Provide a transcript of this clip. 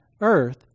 earth